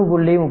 4 1